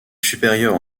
supérieures